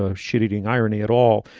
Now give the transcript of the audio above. ah shit eating irony at all.